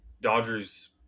dodgers